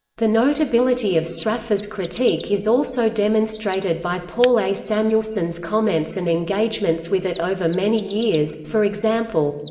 the notability of sraffa's critique is also demonstrated by paul a. samuelson's comments and engagements with it over many years, for example